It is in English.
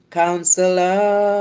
counselor